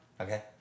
Okay